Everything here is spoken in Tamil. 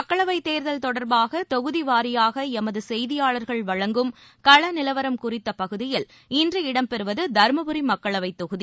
மக்களவைத் தேர்தல் தொடர்பாக தொகுதி வாரியாக எம்து செய்தியாளர்கள் வழங்கும் கள நிலவரம் குறித்த பகுதியில் இன்று இடம் பெறுவது தருமபுரி மக்களவைத் தொகுதி